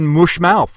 Mushmouth